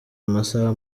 amasaha